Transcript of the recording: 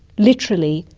literally,